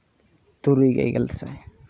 ᱛᱩᱨᱩᱭ ᱜᱮᱞᱥᱟᱭ